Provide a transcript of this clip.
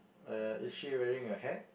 uh is she wearing a hat